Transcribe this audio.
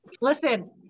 Listen